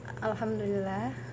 Alhamdulillah